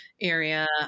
area